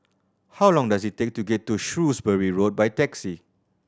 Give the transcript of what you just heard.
how long does it take to get to Shrewsbury Road by taxi